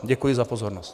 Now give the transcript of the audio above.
Děkuji za pozornost.